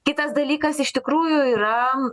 kitas dalykas iš tikrųjų yra